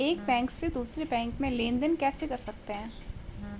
एक बैंक से दूसरे बैंक में लेनदेन कैसे कर सकते हैं?